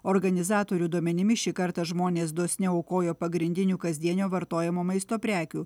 organizatorių duomenimis šį kartą žmonės dosniau aukojo pagrindinių kasdienio vartojimo maisto prekių